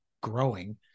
growing